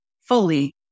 fully